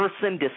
person